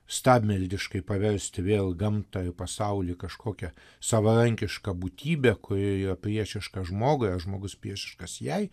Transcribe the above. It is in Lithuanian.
stabmeldiškai paversti vėl gamtą ir pasaulį į kažkokią savarankišką būtybę kuri yra priešiška žmogui ar žmogus priešiškas jai